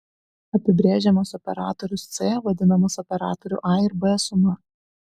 apibrėžiamas operatorius c vadinamas operatorių a ir b suma